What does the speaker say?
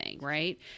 right